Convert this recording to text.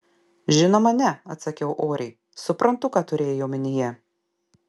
žinoma ne atsakau oriai suprantu ką turėjai omenyje